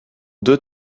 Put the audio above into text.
deux